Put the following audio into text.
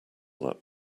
that